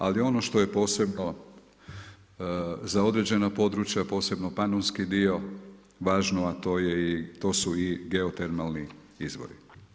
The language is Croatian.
Ali ono što je posebno za određena područja, posebno panonski dio važno, a to su i geotermalni izvori.